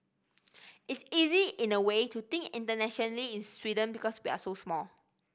it's easy in a way to think internationally in Sweden because we're so small